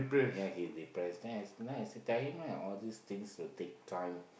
ya he depressed then I then I say tell him lah all these things will take time